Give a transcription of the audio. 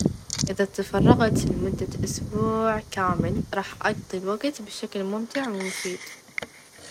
إذا تفرغت لمدة أسبوع كامل راح أقضي الوقت بشكل ممتع، ومفيد.